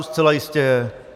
Zcela jistě je.